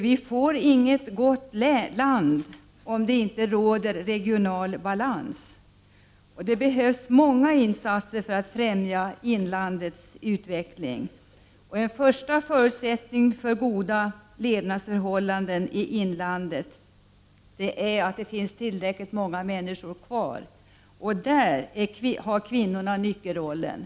Vi får inget gott land om det inte råder regional balans. Det behövs många insatser för att främja inlandets utveckling. En första förutsättning för goda levnadsförhållanden i inlandet är att det finns tillräckligt många människor kvar. Här spelar kvinnorna nyckelrollen.